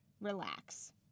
relax